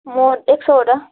म एक सौवटा